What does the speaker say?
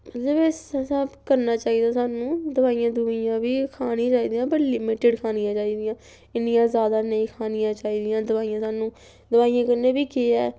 इस्सै स्हाब करना चाहिदा सानूं दोआइयां दवूइयां बी खान्नी चाहि दियां बट लिमिटड खानियां चाहि दियां इन्नियां जैदा नेईं खानियां चाहि दियां दोआइयां दोआइयें कन्नै बी केह् ऐ